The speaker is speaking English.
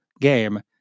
game